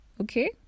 okay